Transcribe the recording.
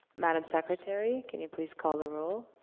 madame secretary, can you please call the roll?